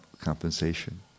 compensation